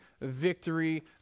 Victory